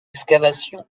excavation